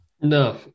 No